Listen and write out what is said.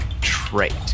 trait